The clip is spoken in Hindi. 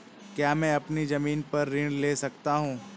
क्या मैं अपनी ज़मीन पर ऋण ले सकता हूँ?